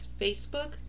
Facebook